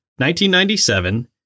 1997